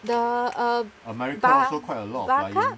the uh ba~ baca